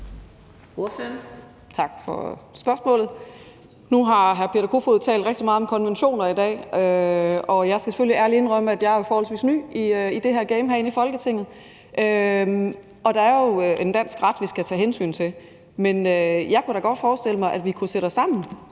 Tak for spørgsmålene. Nu har hr. Peter Kofod talt rigtig meget om konventioner i dag, og jeg skal selvfølgelig ærligt indrømme, at jeg jo er forholdsvis ny i det her game herinde i Folketinget, og der er jo en dansk ret, vi skal tage hensyn til. Men jeg kunne da godt forestille mig, at vi kunne sætte os sammen